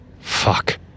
Fuck